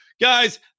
guys